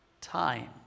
time